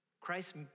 Christ